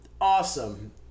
awesome